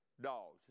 dogs